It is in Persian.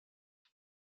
طاقت